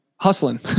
hustling